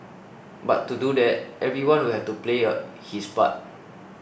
but to do that everyone will have to player his part